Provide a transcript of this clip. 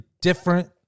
different